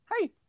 Hey